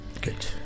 Good